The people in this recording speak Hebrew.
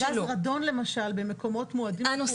הנושא